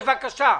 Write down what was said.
בבקשה.